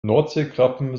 nordseekrabben